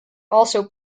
also